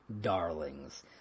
Darlings